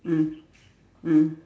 mm mm